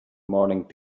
morning